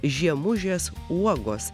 žiemužės uogos